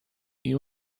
you